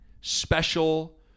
special